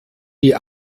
die